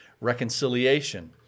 reconciliation